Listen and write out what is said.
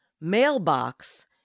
mailbox